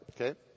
okay